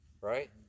Right